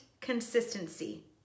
consistency